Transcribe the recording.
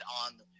on